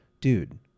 dude